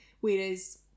Whereas